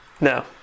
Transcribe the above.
No